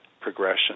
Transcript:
progression